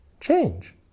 change